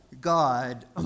God